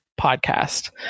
podcast